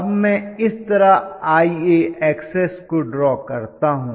अब मैं इस तरह IaXs को ड्रॉ करता हूं